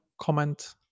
comment